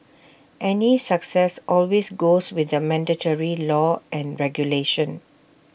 any success always goes with the mandatory law and regulation